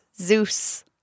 Zeus